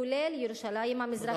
כולל ירושלים המזרחית.